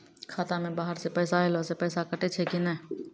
खाता मे बाहर से पैसा ऐलो से पैसा कटै छै कि नै?